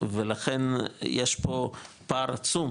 ולכן יש פה פער עצום,